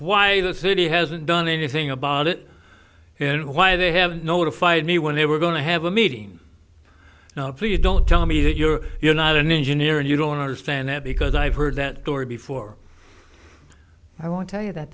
why the city hasn't done anything about it and why they have notified me when they were going to have a meeting so you don't tell me that you're you're not an engineer and you don't understand that because i've heard that story before i want to tell you that